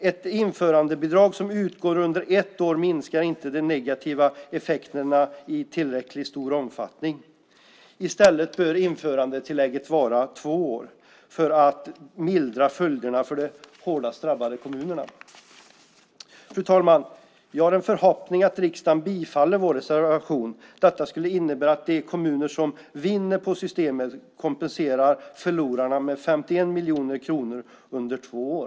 Ett införandebidrag som utgår under ett år minskar inte de negativa effekterna i tillräcklig omfattning. I stället bör införandetillägget vara i två år för att mildra följderna för de hårdast drabbade kommunerna. Fru talman! Jag har en förhoppning om att riksdagen bifaller vår reservation. Detta skulle innebära att de kommuner som vinner på systemet kompenserar förlorarna med 51 miljoner kronor under två år.